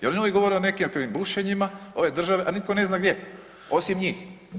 Jer uvijek govore o nekakvim bušenjima ove države, a nitko ne zna gdje osim njih.